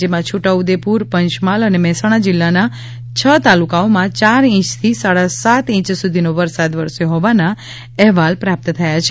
જેમાં છોટાઉદેપુર પંચમહાલ અને મહેસાણા જિલ્લાના છ તાલુકાઓમાં ચાર ઇંચ થી સાડા સાત ઇંચ સુધીનો વરસાદ વરસ્યો હોવાના અહેવાલ પ્રાપ્ત થયા છે